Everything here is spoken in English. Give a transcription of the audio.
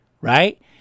Right